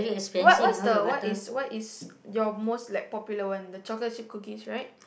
what what's the what is what is your most like popular one the chocolate chips cookies right